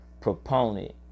proponent